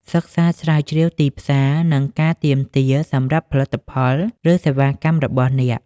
សិក្សាស្រាវជ្រាវទីផ្សារ និងការទាមទារសម្រាប់ផលិតផល ឬសេវាកម្មរបស់អ្នក។